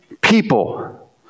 people